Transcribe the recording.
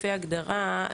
לפי ההגדרה,